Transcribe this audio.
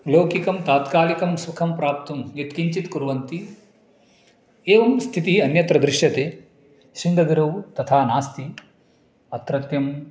लौकिकं तात्कालिकं सुखं प्राप्तुं यत्किञ्चित् कुर्वन्ति एवं स्थितिः अन्यत्र दृश्यते श्रिङ्गगिरौ तथा नास्ति अत्रत्यं